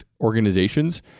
organizations